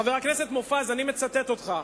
חבר הכנסת מופז, אני מצטט אותך.